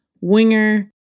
winger